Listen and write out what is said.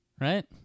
Right